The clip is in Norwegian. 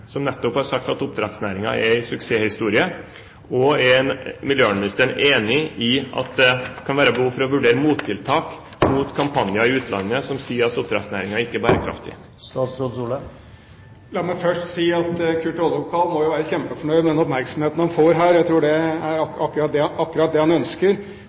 som nettopp har sagt at opprettsnæringen er en suksesshistorie? Er miljøvernministeren enig i at det kan være behov for å vurdere mottiltak mot kampanjer i utlandet, som sier at oppdrettsnæringen ikke er bærekraftig? La meg først si at Kurt Oddekalv må være kjempefornøyd med den oppmerksomheten han får her. Jeg tror det er akkurat det han ønsker.